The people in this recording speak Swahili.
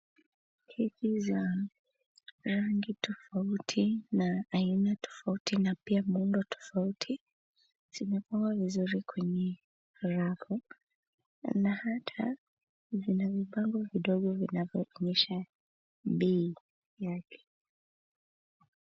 Viti za rangi tofauti na aina tofauti na pia muundo tofauti zimepangwa vizuri kwenye rafu, na hata kuna vibango vidogo vinavyowakilisha bei yake.